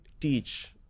teach